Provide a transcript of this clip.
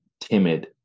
timid